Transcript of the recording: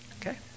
Okay